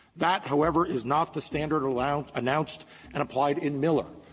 that, however, is not the standard allowed announced and applied in miller.